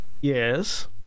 Yes